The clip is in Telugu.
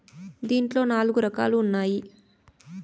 దీంట్లో నాలుగు రకాలుగా ఉన్నాయి